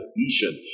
vision